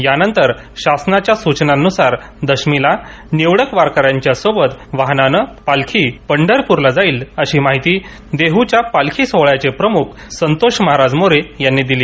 यानंतर शासनाच्या सूचनांनुसार दशमीला निवडक वारकऱ्यांच्या सोबत वाहनानं पालखी पंढरपूरला जाईल अशी माहिती देहूच्या पालखी सोहळ्याचे प्रमुख संतोष महाराज मोरे यांनी दिली